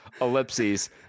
ellipses